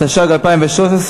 התשע"ג 2013,